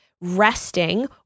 resting